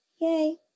Yay